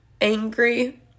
angry